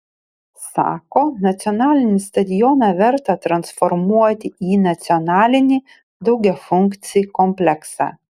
sako nacionalinį stadioną verta transformuoti į nacionalinį daugiafunkcį kompleksą